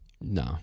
No